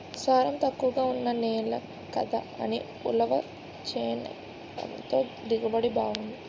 సారం తక్కువగా ఉన్న నేల కదా అని ఉలవ చేనెయ్యడంతో దిగుబడి బావుంది